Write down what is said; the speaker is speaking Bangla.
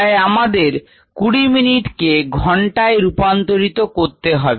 তাই আমাদের 20 মিনিট কে ঘন্টায় রুপান্তারিত করতে হবে